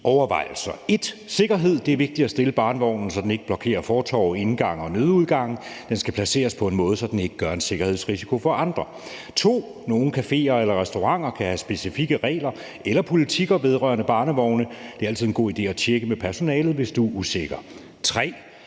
er sikkerhed. Det er vigtigt at stille barnevognen, så den ikke blokerer fortovet eller indgange og nødudgange. Den skal placeres på en måde, så den ikke udgør en sikkerhedssko for andre. Punkt 2: Nogle caféer eller restauranter kan have specifikke regler eller politikker vedrørende barnevogne. Det er altid en god idé at tjekke med personalet, hvis du er usikker.